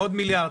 כלומר,